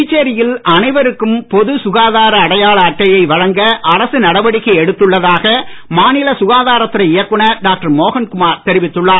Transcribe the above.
புதுச்சேரியில் அனைவருக்கும் பொது சுகாதார அடையாள அட்டையை வழங்க அரசு நடவடிக்கை எடுத்துள்ளதாக மாநில சுகாதாரத்துறை இயக்குநர் டாக்டர் மோகன்குமார் தெரிவித்துள்ளார்